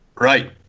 Right